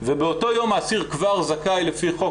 ובאותו יום האסיר כבר זכאי לפי חוק